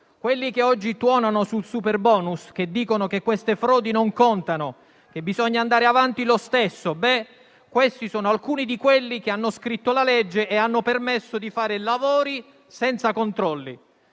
quelli che oggi tuonano sul superbonus, che dicono che queste frodi non contano, che bisogna andare avanti lo stesso, questi sono alcuni di quelli che hanno scritto la legge e hanno permesso di fare lavori senza controlli.